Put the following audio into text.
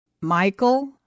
Michael